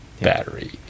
battery